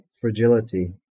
fragility